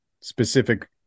specific